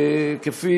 כפי